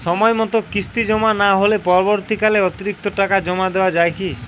সময় মতো কিস্তি জমা না হলে পরবর্তীকালে অতিরিক্ত টাকা জমা দেওয়া য়ায় কি?